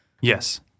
Yes